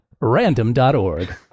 random.org